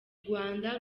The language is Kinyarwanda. rwanda